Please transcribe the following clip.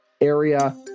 area